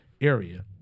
area